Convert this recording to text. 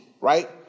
Right